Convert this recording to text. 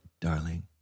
darling